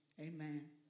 Amen